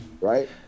Right